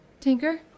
Tinker